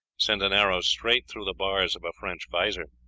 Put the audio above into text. send an arrow straight through the bars of a french vizor?